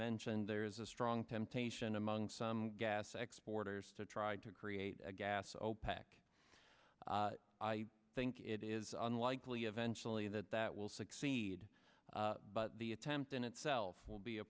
mentioned there is a strong temptation among some gas exporters to try to create a gas opec i think it is unlikely eventually that that will succeed but the attempt in itself will be a